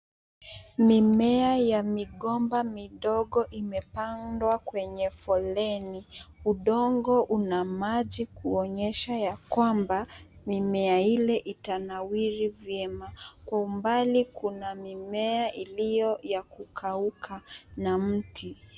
Mimea ya migomba midogo imepandwa kwenye foleni. Udongo una maji kuonyesha ya kwamba, mimea ile itanawiri vyema. Kwa umbali kuna mimea iliyo ya kukauka na mti.